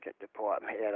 department